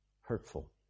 hurtful